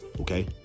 Okay